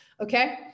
Okay